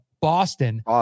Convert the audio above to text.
Boston